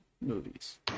movies